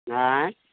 आँए